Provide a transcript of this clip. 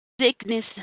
Sickness